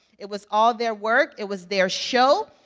it was all their work, it was their show.